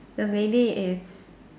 the lady is